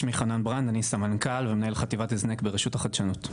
אני סמנכ"ל ומנהל חטיבת הזנק ברשות החדשנות.